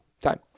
Time